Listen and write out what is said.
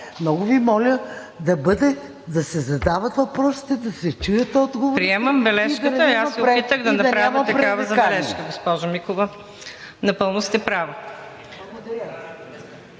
Много Ви моля да се задават въпросите, да се чуят отговорите и да няма пререкания.